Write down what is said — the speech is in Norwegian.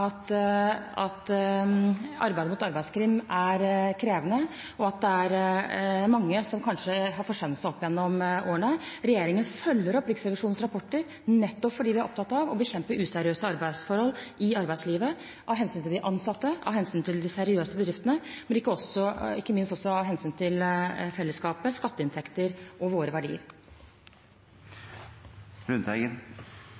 arbeidet mot arbeidskriminalitet er krevende, og at det er mange som kanskje har forsømt seg opp gjennom årene. Regjeringen følger opp Riksrevisjonens rapporter nettopp fordi vi er opptatt av å bekjempe useriøse arbeidsforhold i arbeidslivet av hensyn til de ansatte, av hensyn til de seriøse bedriftene, men ikke minst av hensyn til fellesskapet, skatteinntekter og våre